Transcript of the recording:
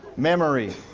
memory.